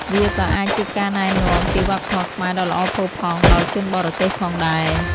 វាក៏អាចជាការណែនាំពីវប្បធម៌ខ្មែរដ៏ល្អផូរផង់ដល់ជនបរទេសផងដែរ។